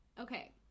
Okay